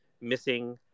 missing